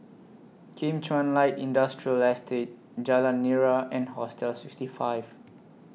Kim Chuan Light Industrial Estate Jalan Nira and Hostel sixty five